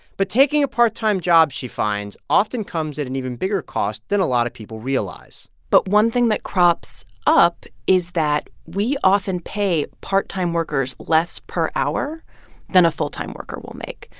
but taking a part-time job, she finds, often comes at an even bigger cost than a lot of people realize but one thing that crops up is that we often pay part-time workers less per hour than a full-time worker will make.